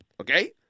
okay